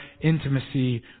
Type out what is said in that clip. intimacy